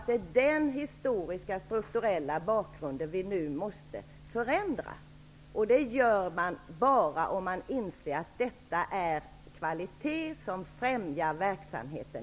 Det är den historiskstrukturella bakgrunden som vi nu måste förändra. Det gör man bara om insikten finns att det är kvalitet som på lång sikt främjar verksamheten.